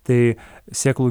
tai sėklų